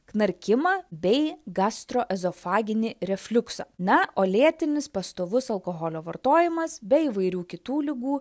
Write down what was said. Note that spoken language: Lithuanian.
knarkimą bei gastroezofaginį refliuksą na o lėtinis pastovus alkoholio vartojimas be įvairių kitų ligų